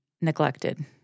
neglected